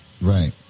Right